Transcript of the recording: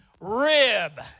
Rib